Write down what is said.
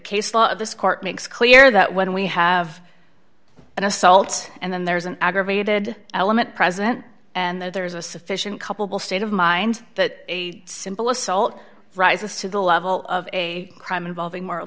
case law of this court makes clear that when we have an assault and then there's an aggravated element president and there's a sufficient couple state of mind that a simple assault rises to the level of a crime involving moral